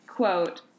quote